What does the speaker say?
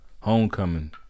homecoming